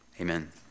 amen